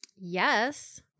Yes